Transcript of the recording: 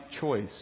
choice